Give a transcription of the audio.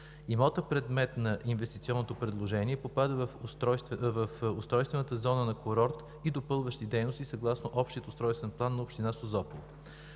Имотът – предмет на инвестиционното предложение, попада в устройствената зона на курортни и допълващи дейности съгласно Общия устройствен план на община Созопол.